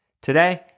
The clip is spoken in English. Today